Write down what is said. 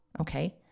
okay